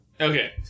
Okay